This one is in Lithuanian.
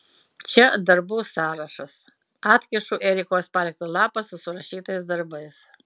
čia darbų sąrašas atkišu erikos paliktą lapą su surašytais darbais